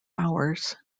hours